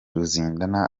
ruzindana